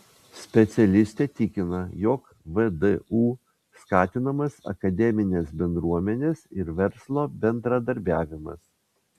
specialistė tikina jog vdu skatinamas akademinės bendruomenės ir verslo bendradarbiavimas